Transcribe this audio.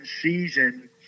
season